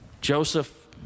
Joseph